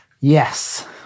Yes